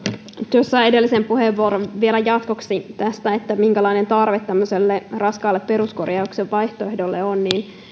vielä edellisen puheenvuoron jatkoksi tästä minkälainen tarve tämmöiselle raskaan peruskorjauksen vaihtoehdolle on